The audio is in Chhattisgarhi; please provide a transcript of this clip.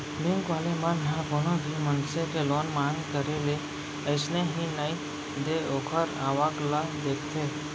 बेंक वाले मन ह कोनो भी मनसे के लोन मांग करे ले अइसने ही नइ दे ओखर आवक ल देखथे